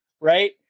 right